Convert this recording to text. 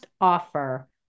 offer